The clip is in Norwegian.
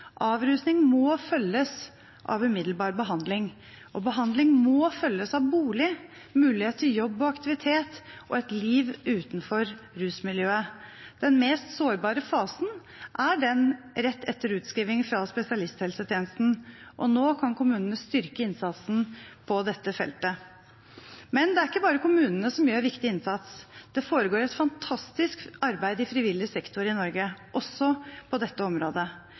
Avrusning må følges av umiddelbar behandling, og behandling må følges av bolig, mulighet til jobb og aktivitet og et liv utenfor rusmiljøet. Den mest sårbare fasen er den rett etter utskrivning fra spesialisthelsetjenesten, og nå kan kommunene styrke innsatsen på dette feltet. Men det er ikke bare kommunene som gjør en viktig innsats. Det foregår et fantastisk arbeid i frivillig sektor i Norge, også på dette området.